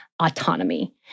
autonomy